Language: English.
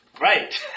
Right